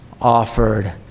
offered